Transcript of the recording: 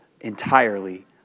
entirely